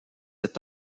est